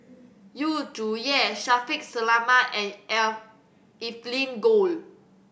Yu Zhuye Shaffiq Selamat and Evelyn Goh